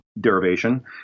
derivation